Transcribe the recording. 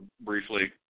briefly –